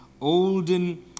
olden